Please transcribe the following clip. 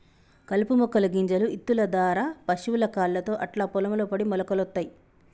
కలుపు మొక్కల గింజలు ఇత్తుల దారా పశువుల కాళ్లతో అట్లా పొలం లో పడి మొలకలొత్తయ్